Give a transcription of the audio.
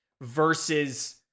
versus